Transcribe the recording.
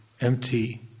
empty